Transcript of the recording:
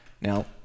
Now